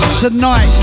tonight